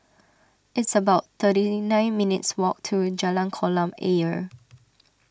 it's about thirty nine minutes' walk to Jalan Kolam Ayer